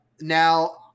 Now